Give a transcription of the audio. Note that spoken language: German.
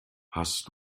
hast